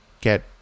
get